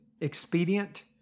expedient